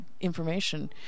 information